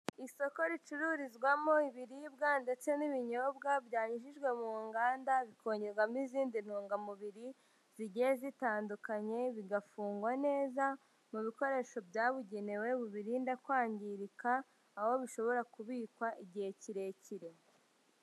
Isoko ricururizwamo ibiribwa ndetse n'ibinyobwa byanyujijwe mu nganda bikongerwamo izindi ntungamubiri, zigiye zitandukanye bigafungwa neza mu bikoresho byabugenewe bubirinda kwangirika, aho bishobora kubikwa igihe kirekire.